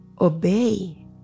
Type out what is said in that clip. obey